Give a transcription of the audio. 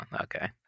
okay